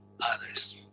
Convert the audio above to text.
others